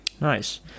Nice